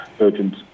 urgent